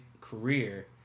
career